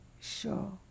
Sure